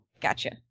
Gotcha